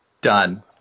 Done